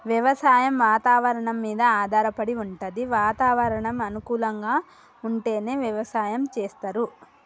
వ్యవసాయం వాతవరణం మీద ఆధారపడి వుంటది వాతావరణం అనుకూలంగా ఉంటేనే వ్యవసాయం చేస్తరు